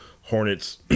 hornets